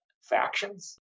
factions